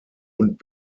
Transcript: und